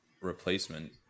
replacement